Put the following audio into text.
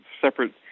separate